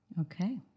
Okay